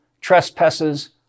trespasses